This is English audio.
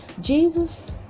Jesus